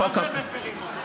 מה זה מפירים אותו?